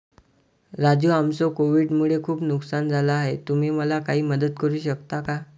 राजू आमचं कोविड मुळे खूप नुकसान झालं आहे तुम्ही मला काही मदत करू शकता का?